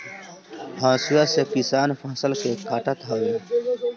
हसुआ से किसान फसल के काटत हवे